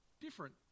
different